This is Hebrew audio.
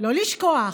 לא לשכוח,